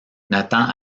nathan